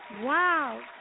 wow